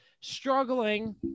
struggling